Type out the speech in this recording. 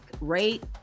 rate